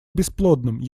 бесплодным